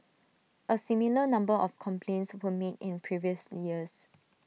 A similar number of complaints were made in previous years